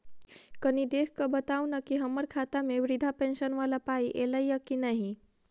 कनि देख कऽ बताऊ न की हम्मर खाता मे वृद्धा पेंशन वला पाई ऐलई आ की नहि?